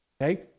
Okay